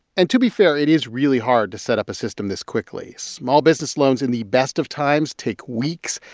and to be fair, it is really hard to set up a system this quickly. small-business loans in the best of times take weeks.